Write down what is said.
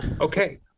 Okay